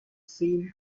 seen